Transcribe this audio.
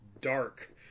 dark